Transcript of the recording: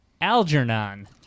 Algernon